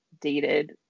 dated